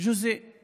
לאן אנחנו פונים?